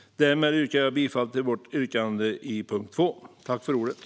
Därmed yrkar jag bifall till vår reservation under punkt 2.